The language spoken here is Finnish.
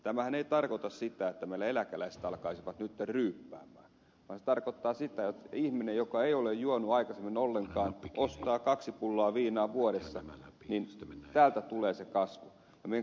tämähän ei tarkoita sitä että meillä eläkeläiset alkaisivat nyt ryypätä vaan se tarkoittaa sitä että ihminen joka ei ole juonut aikaisemmin ollenkaan ostaa kaksi pulloa viinaa vuodessa ja täältä tulee se kasvu